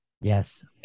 Yes